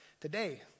today